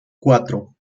cuatro